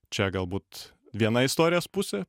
čia galbūt viena istorijos pusė